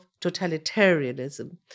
totalitarianism